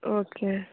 okay